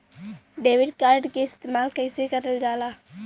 Debit card के इस्तेमाल कइसे करल जाला?